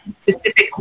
specific